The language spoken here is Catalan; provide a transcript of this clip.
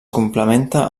complementa